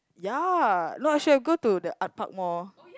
ya no actually I should have go to the art park more